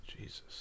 Jesus